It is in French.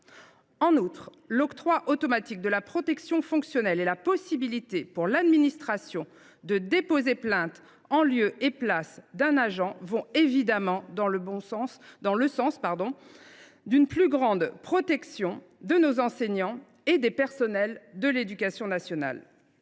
En outre, l’octroi automatique de la protection fonctionnelle et la possibilité pour l’administration de déposer plainte en lieu et place d’un agent vont évidemment dans le bon sens, celui d’une protection accrue de nos enseignants et des personnels de l’éducation nationale.